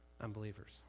unbelievers